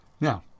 Now